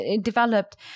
developed